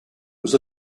was